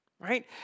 Right